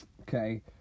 okay